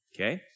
okay